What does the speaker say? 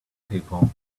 people